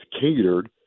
catered